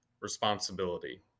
responsibility